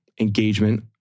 engagement